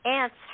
ants